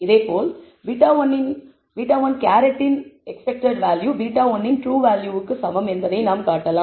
இதேபோல் β̂1 இன் expected value β1 இன் டுரூ வேல்யூ க்கு சமம் என்பதை நாம் காட்டலாம்